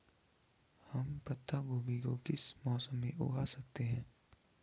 हम पत्ता गोभी को किस मौसम में उगा सकते हैं?